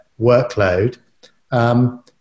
workload